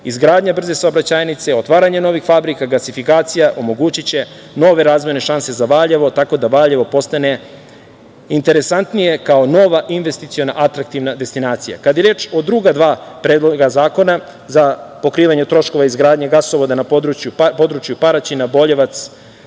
izgradnja brze saobraćajnice, otvaranje novih fabrika, gasifikacija omogućiće nove razvojne šanse za Valjevo, tako da Valjevo postane interesantnije kao nova investiciona atraktivna destinacija. Kada je reč o druga dva predloga zakona za pokrivanje troškova izgradnje gasovoda na području Paraćina, Boljevac,